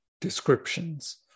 descriptions